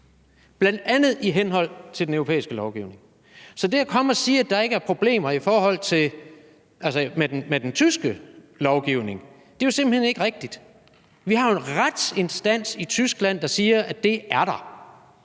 bl.a. i henhold til den europæiske lovgivning. Så det at komme og sige at der ikke er problemer med den tyske lovgivning, er jo simpelt hen ikke rigtigt. Vi har jo en retsinstans i Tyskland, der siger, at det er der.